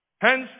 Hence